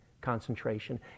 concentration